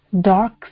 Dark